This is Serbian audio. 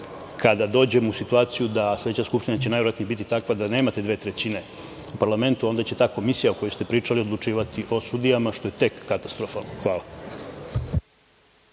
kada dođemo u situaciju da, a sledeća Skupština će najverovatnije biti takva da nemate dve trećine u parlamentu, onda će ta komisija o kojoj ste pričali odlučivati o sudijama, što je tek katastrofalno. Hvala.